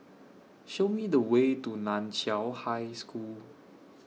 Show Me The Way to NAN Chiau High School